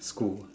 school